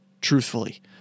truthfully